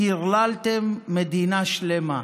טירללתם מדינה שלמה.